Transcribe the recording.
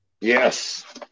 Yes